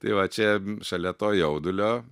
tai va čia šalia to jaudulio